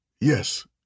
yes